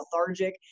lethargic